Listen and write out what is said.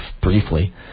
briefly